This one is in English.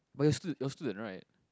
but you're stu~ you're student right